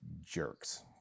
jerks